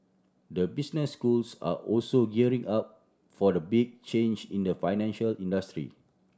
the business schools are also gearing up for the big change in the financial industry